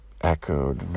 Echoed